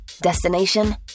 Destination